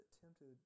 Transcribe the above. tempted